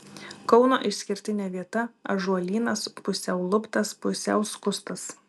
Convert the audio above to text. kauno išskirtinė vieta ąžuolynas pusiau luptas pusiau skustas